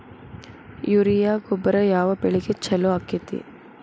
Urea ಗೊಬ್ಬರ ಯಾವ ಬೆಳಿಗೆ ಛಲೋ ಆಕ್ಕೆತಿ?